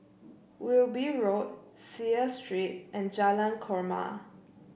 Wilby Road Seah Street and Jalan Korma